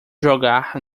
jogar